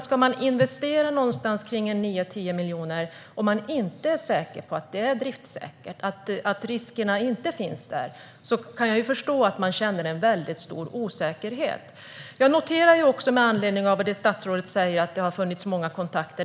Ska man investera 9-10 miljoner och man inte är säker på att det är driftssäkert eller att riskerna inte finns där kan jag förstå att man känner en mycket stor osäkerhet. Jag noterar också, med anledning av det statsrådet säger, att det har tagits många kontakter.